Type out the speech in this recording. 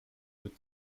put